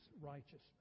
righteousness